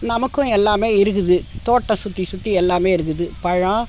நமக்கும் எல்லாமே இருக்குது தோட்டம் சுற்றி சுற்றி எல்லாமே இருக்குது பழம்